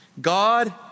God